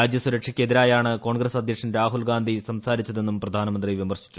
രാജ്യസുരക്ഷയ്ക്ക് എതിരായാണ് കോൺഗ്രസ് അധ്യക്ഷൻ രാഹുൽഗാന്ധി സംസാരിച്ചതെന്നും പ്രധാനമന്ത്രി വിമർശിച്ചു